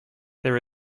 there